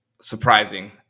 Surprising